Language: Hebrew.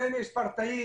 ספורטאים,